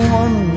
one